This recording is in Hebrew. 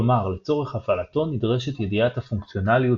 כלומר לצורך הפעלתו נדרשת ידיעת הפונקציונליות